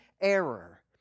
error